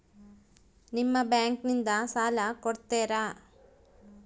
ನಿಮ್ಮ ಬ್ಯಾಂಕಿನಿಂದ ಸಾಲ ಕೊಡ್ತೇರಾ?